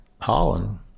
Holland